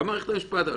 גם מערכת המשפט.